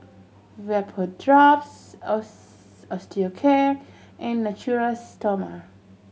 Vapodrops Osteocare and Natural Stoma